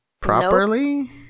properly